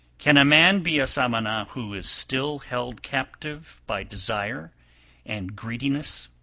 can a man be a samana who is still held captive by desire and greediness